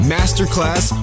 Masterclass